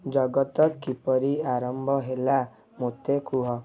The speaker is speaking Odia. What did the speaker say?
ଜଗତ କିପରି ଆରମ୍ଭ ହେଲା ମୋତେ କୁହ